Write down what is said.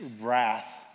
wrath